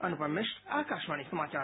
अनुपम मिश्र आकाशवाणी समाचार